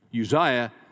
Uzziah